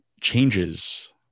changes